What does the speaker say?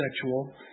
sexual